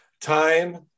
time